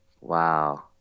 wow